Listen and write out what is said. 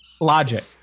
logic